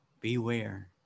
beware